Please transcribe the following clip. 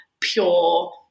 pure